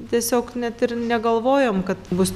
tiesiog net ir negalvojom kad bus